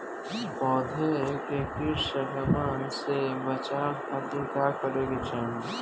पौधा के कीट संक्रमण से बचावे खातिर का करे के चाहीं?